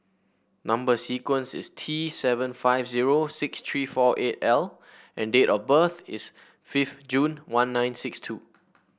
number sequence is T seven five zero six three four eight L and date of birth is fifth June one nine six two